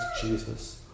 Jesus